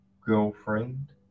girlfriend